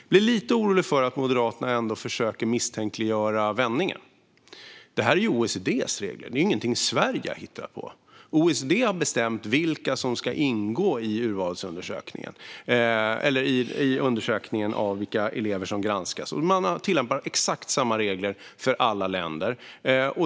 Jag blir lite orolig för att Moderaterna ändå försöker misstänkliggöra vändningen. Detta är OECD:s regler; det är ingenting som Sverige har hittat på. OECD har bestämt vilka som ska ingå i undersökningen av de elever som granskas. Man tillämpar exakt samma regler för alla länder.